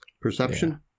perception